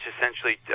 essentially